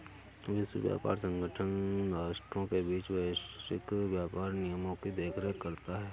विश्व व्यापार संगठन राष्ट्रों के बीच वैश्विक व्यापार नियमों की देखरेख करता है